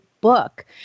book